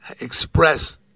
express